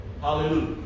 Hallelujah